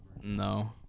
No